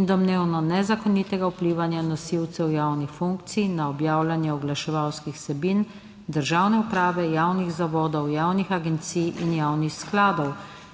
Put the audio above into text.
in domnevno nezakonitega vplivanja nosilcev javnih funkcij na objavljanje oglaševalskih vsebin državne uprave, javnih zavodov, javnih agencij in javnih skladov